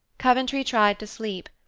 coventry tried to sleep,